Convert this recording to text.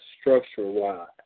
structure-wise